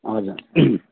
हजुर